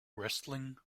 wrestling